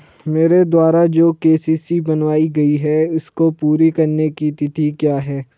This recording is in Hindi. मेरे द्वारा जो के.सी.सी बनवायी गयी है इसको पूरी करने की तिथि क्या है?